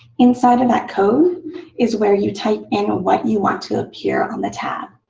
inside of that code is where you type in what you want to appear on the tab.